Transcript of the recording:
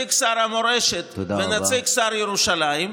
נציג שר המורשת ונציג שר ירושלים.